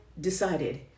decided